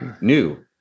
new